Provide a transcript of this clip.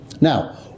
Now